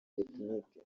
technique